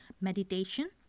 meditation